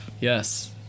Yes